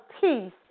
peace